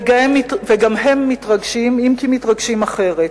וגם הם מתרגשים, אם כי מתרגשים אחרת,